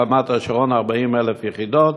ברמת-השרון 40,000 יחידות,